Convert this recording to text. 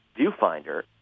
viewfinder